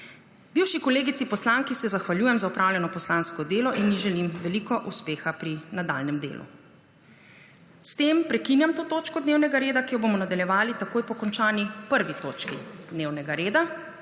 Bivši kolegici poslanki se zahvaljujem za opravljeno poslansko delo in ji želim veliko uspeha pri nadaljnjem delu! S tem prekinjam to točko dnevnega reda, ki jo bomo nadaljevali takoj po končani 1. točki dnevnega reda,